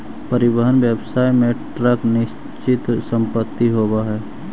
परिवहन व्यवसाय में ट्रक निश्चित संपत्ति होवऽ हई